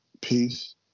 peace